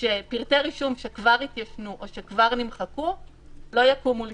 שפרטי רישום שכבר התיישנו או שכבר נמחקו לא יקומו לתחייה.